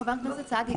חבר הכנסת סעדי.